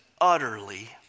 utterly